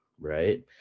right